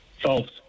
False